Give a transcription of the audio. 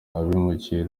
abimukira